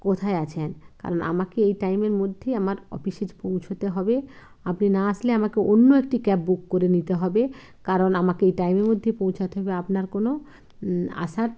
কোথায় আছেন কারণ আমাকে এই টাইমের মধ্যেই আমার অফিসে পৌঁছতে হবে আপনি না আসলে আমাকে অন্য একটি ক্যাব বুক করে নিতে হবে কারণ আমাকে এই টাইমের মধ্যেই পৌঁছাতে হবে আপনার কোনো আসার